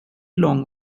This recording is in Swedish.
lång